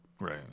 right